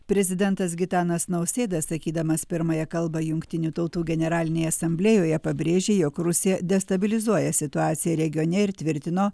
prezidentas gitanas nausėda sakydamas pirmąją kalbą jungtinių tautų generalinėje asamblėjoje pabrėžė jog rusija destabilizuoja situaciją regione ir tvirtino